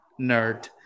Nerd